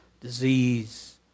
disease